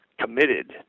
committed